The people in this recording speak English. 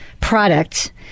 product